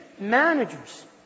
managers